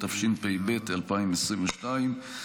התשפ"ב 2022,